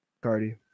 Cardi